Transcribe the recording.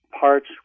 parts